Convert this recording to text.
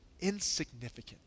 insignificant